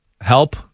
help